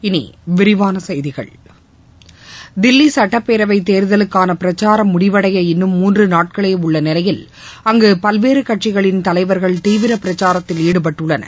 இனி விரிவான செய்திகள் தில்லி சட்டப் பேரவை தேர்தலுக்கான பிரச்சாரம் முடிவடைய இன்னும் மூன்று நாட்களே உள்ள நிலையில் அங்கு பல்வேறு கட்சிகளின் தலைவர்கள் தீவிர பிரச்சாரத்தில் ஈடுபட்டுள்ளனர்